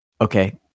Okay